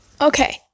Okay